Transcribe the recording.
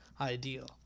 ideal